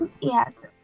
Yes